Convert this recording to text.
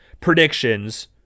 predictions